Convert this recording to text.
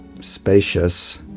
spacious